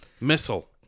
Missile